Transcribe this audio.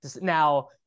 now